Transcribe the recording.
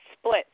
split